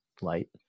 light